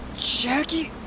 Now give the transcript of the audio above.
jacki!